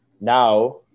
now